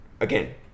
Again